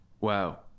Wow